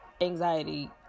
anxiety